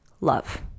love